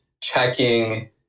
checking